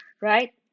right